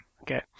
Okay